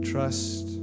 Trust